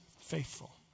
faithful